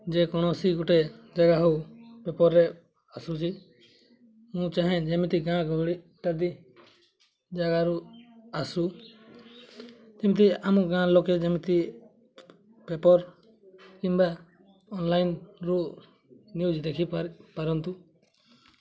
ଯେ କୌଣସି ଗୋଟେ ଜାଗା ହଉ ପେପର୍ରେ ଆସୁଛି ମୁଁ ଚାହେଁ ଯେମିତି ଗାଁ ଗହଳି ଇତ୍ୟାଦି ଜାଗାରୁ ଆସୁ ଯେମିତି ଆମ ଗାଁ ଲୋକେ ଯେମିତି ପେପର୍ କିମ୍ବା ଅନ୍ଲାଇନ୍ରୁ ନ୍ୟୁଜ୍ ଦେଖି ପାରି ପାରନ୍ତୁ